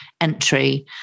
entry